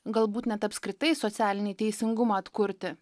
galbūt net apskritai socialinį teisingumą atkurti